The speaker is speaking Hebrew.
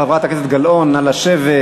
חברת הכנסת גלאון, נא לשבת.